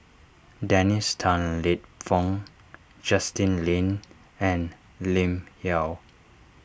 Dennis Tan Lip Fong Justin Lean and Lim Yau